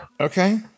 okay